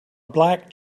black